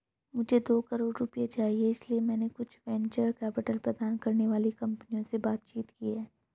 मुझे दो करोड़ रुपए चाहिए इसलिए मैंने कुछ वेंचर कैपिटल प्रदान करने वाली कंपनियों से बातचीत की है